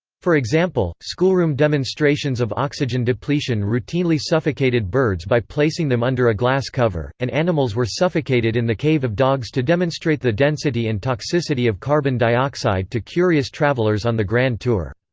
for example, schoolroom demonstrations of oxygen depletion routinely suffocated birds by placing them under a glass cover, and animals were suffocated in the cave of dogs to demonstrate the density and toxicity of carbon dioxide to curious travellers on the grand tour.